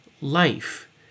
life